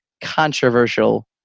controversial